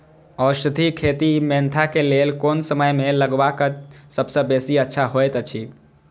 औषधि खेती मेंथा के लेल कोन समय में लगवाक सबसँ बेसी अच्छा होयत अछि?